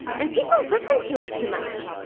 and people listen to it too much.